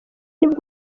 nibwo